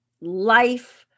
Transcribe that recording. life